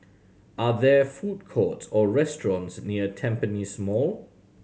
are there food courts or restaurants near Tampines Mall